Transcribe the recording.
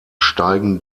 steigen